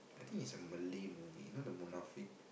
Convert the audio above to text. I think is a Malay movie you know the Munafik